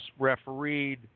refereed